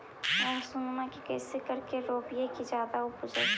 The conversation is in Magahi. लहसूनमा के कैसे करके रोपीय की जादा उपजई?